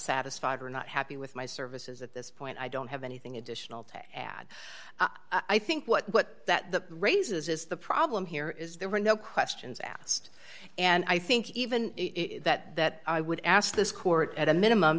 satisfied or not happy with my services at this point i don't have anything additional to add i think what that the raises is the problem here is there were no questions asked and i think even that that i would ask this court at a minimum